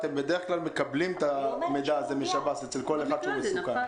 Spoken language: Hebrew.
אתם בדרך כלל אתם מקבלים את המידע הזה משב"ס אצל כל אחד שהוא מסוכן,